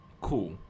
Cool